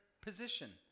position